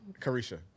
Carisha